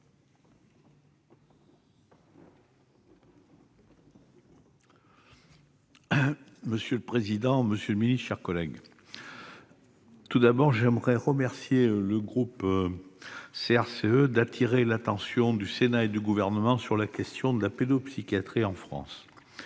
Monsieur le président, monsieur le secrétaire d'État, mes chers collègues, avant toute chose, j'aimerais remercier le groupe CRCE d'attirer l'attention du Sénat et du Gouvernement sur la question de la pédopsychiatrie en France.